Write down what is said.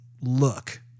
look